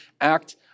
act